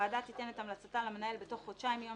הוועדה תיתן את המלצתה למנהל בתוך חודשיים מיום